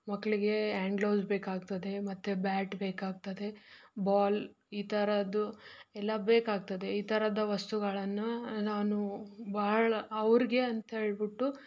ಮಕ್ಕಳಿಗೆ and gloves ಬೇಕಾಗ್ತದೆ ಮತ್ತು ಬ್ಯಾಟ್ ಬೇಕಾಗ್ತದೆ ಬಾಲ್ ಈ ಥರದ್ದು ಎಲ್ಲ ಬೇಕಾಗ್ತದೆ ಈ ಥರದ ವಸ್ತುಗಳನ್ನು ನಾನು ಬಹಳ ಅವ್ರಿಗೆ ಅಂತ್ಹೇಳ್ಬಿಟ್ಟು